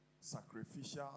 sacrificial